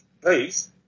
Please